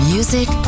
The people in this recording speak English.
Music